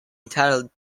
entitled